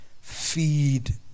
Feed